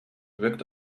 wirkt